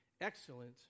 Excellent